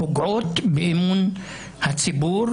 פוגעות באמון הציבור